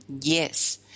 Yes